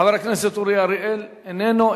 חבר הכנסת אורי אריאל, איננו.